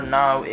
now